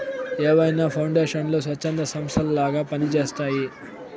ఏవైనా పౌండేషన్లు స్వచ్ఛంద సంస్థలలాగా పని చేస్తయ్యి